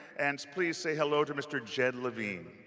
and please say hello to mr. jed levine.